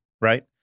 right